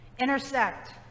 intersect